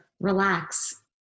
relax